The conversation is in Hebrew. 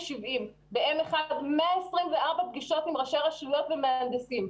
ב-M1 עשינו 124 פגישות עם ראשי רשויות ומהנדסים.